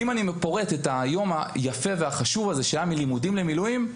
אם אני פורט את היום היפה והחשוב הזה שהיה - מלימודים למילואים,